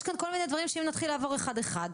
יש כאן כל מיני דברים שאם אנחנו נתחיל לעבור אחד אחד,